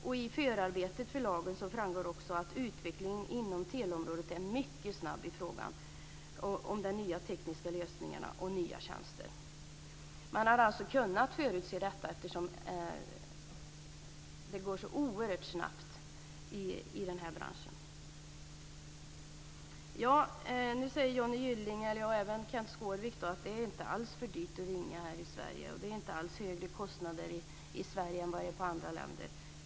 Av förarbetena till lagen framgår också att utvecklingen inom teleområdet är mycket snabb, med de nya tekniska lösningarna och nya tjänster. Företagen hade alltså kunnat förutse detta, eftersom det går så oerhört snabbt i den här branschen. Nu säger Johnny Gylling och Kenth Skårvik att det inte alls är för dyrt att ringa här i Sverige och inte alls är högre kostnader i Sverige än i andra länder.